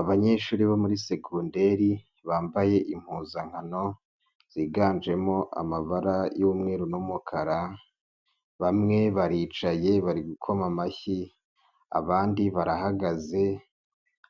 Abanyeshuri bo muri segonderi bambaye impuzankano ziganjemo amabara y'umweru n'umukara, bamwe baricaye bari gukoma amashyi, abandi barahagaze